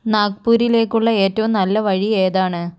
നാഗ്പൂരിലേക്കുള്ള ഏറ്റവും നല്ല വഴി ഏതാണ്